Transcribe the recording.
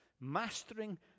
Mastering